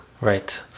Right